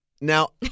Now